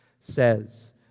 says